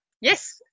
Yes